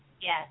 Yes